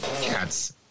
Cats